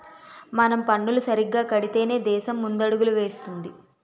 మనం పన్నులు సరిగ్గా కడితేనే దేశం ముందడుగులు వేస్తుంది